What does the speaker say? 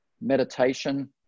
meditation